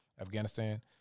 Afghanistan